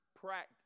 practice